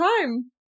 time